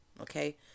okay